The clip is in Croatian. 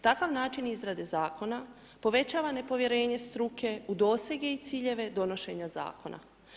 Takav način izrade zakona povećava nepovjerenje struke u dosege i ciljeve donošenja zakona.